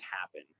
happen